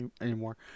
anymore